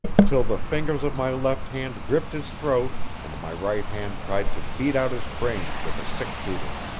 till the fingers of my left hand gripped his throat, and my right hand tried to beat out his brains with a six-shooter.